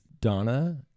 Donna